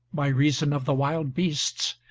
by reason of the wild beasts,